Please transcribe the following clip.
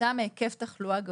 כתוצאה מהיקף תחלואה גבוה.